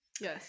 Yes